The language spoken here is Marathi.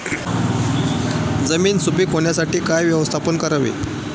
जमीन सुपीक होण्यासाठी काय व्यवस्थापन करावे?